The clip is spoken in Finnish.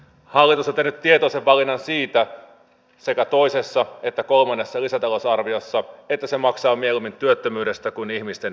hallitus on tehnyt tietoisen valinnan siitä sekä toisessa että kolmannessa lisätalousarviossa että se maksaa mieluummin työttömyydestä kuin ihmisten työllistymisestä